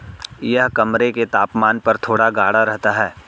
यह कमरे के तापमान पर थोड़ा गाढ़ा रहता है